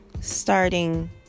starting